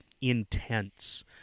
intense